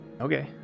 okay